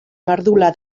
mardula